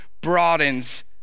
broadens